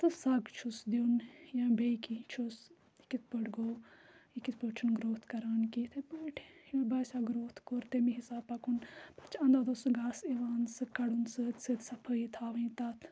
تہٕ سَگ چھُس دیُن یا بیٚیہِ کیٚنٛہہ چھُس یہِ کِتھ پٲٹھۍ گوٚو یہِ کِتھ پٲٹھۍ چھُنہٕ گرٛوتھ کَران کیٚنٛہہ یِتھے پٲٹھۍ ییٚلہِ باسیو گرٛوتھ کوٚر تَمی حِساب پَکُن پَتہٕ چھُ اندو اندو اوس سُہ گاسہٕ یِوان سُہ کَڑُن سۭتۍ سۭتۍ صفٲیی تھاوٕنۍ تَتھ